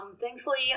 thankfully